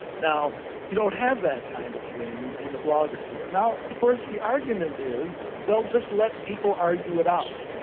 now you don't have that kind of thing in the blogosphere. now of course the argument is well just let people argue it out,